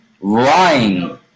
lying